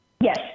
Yes